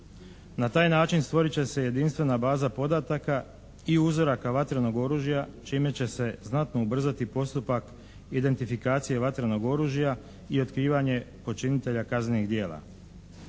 Na taj način stvorit će se jedinstvena baza podataka i uzoraka vatrenog oružja čime će se znatno ubrzati postupak identifikacije vatrenog oružja i otkrivanje počinitelja kaznenih djela.